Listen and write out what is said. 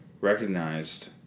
recognized